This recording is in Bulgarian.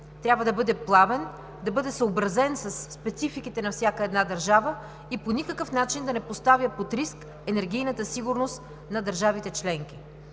трябва да бъде плавен, да бъде съобразен със спецификите на всяка една държава и по никакъв начин да не поставя под риск енергийната сигурност на държавите членки.